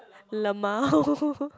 lmao